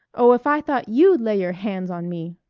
oh, if i'd thought you'd lay your hands on me